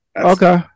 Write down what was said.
Okay